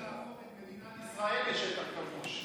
רוצים להפוך את מדינת ישראל לשטח כבוש.